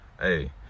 hey